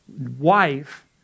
wife